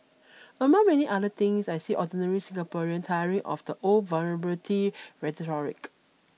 among many other things I see ordinary Singaporean tiring of the old vulnerability rhetoric